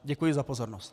Děkuji za pozornost.